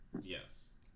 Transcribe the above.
Yes